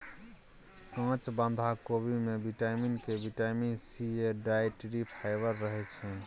काँच बंधा कोबी मे बिटामिन के, बिटामिन सी या डाइट्री फाइबर रहय छै